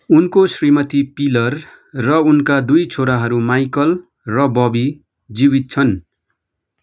उनको श्रीमती पिलर र उनका दुई छोराहरू माइकल र बबी जीवित छन्